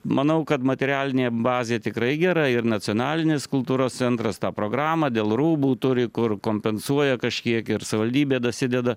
manau kad materialinė bazė tikrai gera ir nacionalinis kultūros centras tą programą dėl rūbų turi kur kompensuoja kažkiek ir savivaldybė dasideda